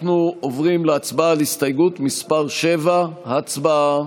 אנחנו עוברים להצבעה על הסתייגות מס' 7. הצבעה.